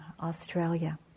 Australia